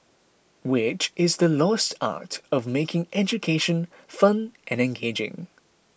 which is the lost art of making education fun and engaging